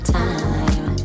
time